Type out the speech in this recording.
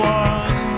one